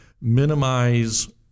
minimize